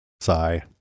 Sigh